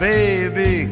Baby